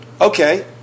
Okay